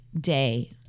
day